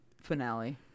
finale